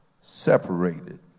separated